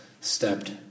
stepped